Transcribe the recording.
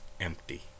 empty